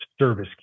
service